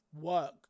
work